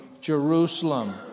Jerusalem